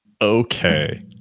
Okay